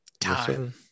Time